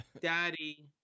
daddy